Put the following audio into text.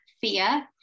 fear